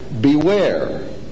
beware